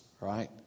right